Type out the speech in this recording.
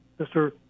Mr